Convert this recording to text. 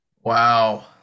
Wow